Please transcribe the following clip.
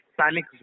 panic